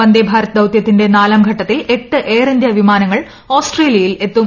വന്ദേഭാരത് ദൌത്യത്തിന്റെ നാലാം ഘട്ടത്തിൽ എട്ട് എയർ ഇന്ത്യ വിമാനങ്ങൾ ഓസ്ട്രേലിയലിൽ എത്തും